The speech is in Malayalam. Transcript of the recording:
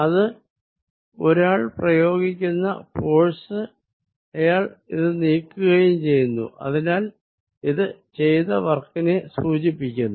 ഇത് ഒരാൾ പ്രയോഗിക്കുന്ന ഫോഴ്സ് അയാൾ ഇത് നീക്കുകയും ചെയ്യുന്നു അതിനാൽ ഇത് ചെയ്ത വർക്കിനെ സൂചിപ്പിക്കുന്നു